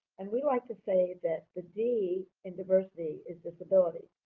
and we like to say that the d in diversity is disability.